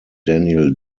daniel